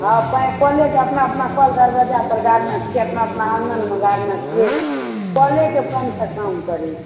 हँ पानि कलेके अपना अपना कल दरवाजा पर गारने छी अपना अपना आङ्गनमे गारने छियै कलेके पानिसँ काम करैत छी